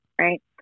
right